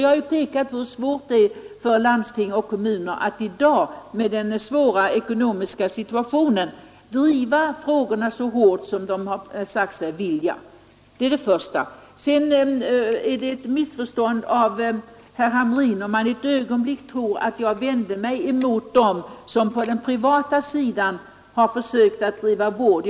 Jag vill peka på hur svårt det är för landsting och kommuner att i dag i den svåra ekonomiska situation som råder — driva frågorna så hårt som de har sagt sig vilja. Vidare är det en missuppfattning av herr Hamrin om han ett ögonblick tror att jag vände mig mot dem som på den privata sidan har försökt bedriva vård.